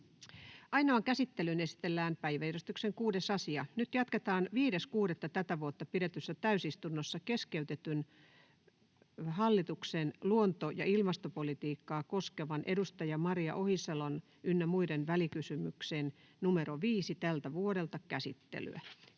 Ainoaan käsittelyyn esitellään päiväjärjestyksen 6. asia. Nyt jatketaan 5.6.2024 pidetyssä täysistunnossa keskeytettyä hallituksen luonto- ja ilmastopolitiikkaa koskevan edustaja Maria Ohisalon ynnä muiden välikysymyksen VK 5/2024 vp käsittelyä.